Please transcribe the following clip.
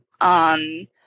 on